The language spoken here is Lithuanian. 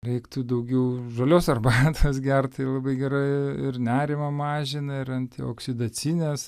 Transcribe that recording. reiktų daugiau žalios arbatos gert tai labai gerai ir nerimą mažina ir antioksidacinės